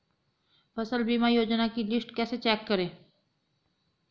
फसल बीमा योजना की लिस्ट कैसे चेक करें?